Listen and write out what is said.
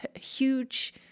huge